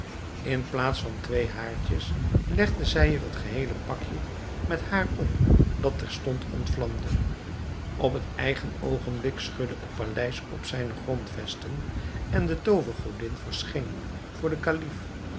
in plaats van twee haartjes legde zij er het geheele pakje met haar op dat terstond ontvlamde op het eigen oogenblik schudde het paleis op zijne grondvesten en de toovergodin verscheen voor den kalif